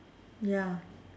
ya